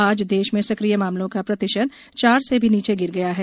आज देश में सक्रिय मामलों का प्रतिशत चार से भी नीचे गिर गया है